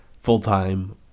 full-time